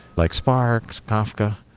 like spark, kafka.